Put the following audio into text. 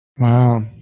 Wow